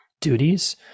duties